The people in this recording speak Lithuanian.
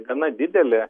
gana didelė